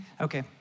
Okay